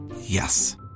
Yes